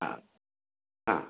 ആ ആ